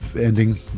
ending